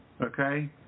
okay